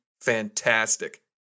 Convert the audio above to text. fantastic